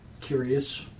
curious